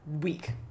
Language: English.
Week